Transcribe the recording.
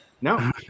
No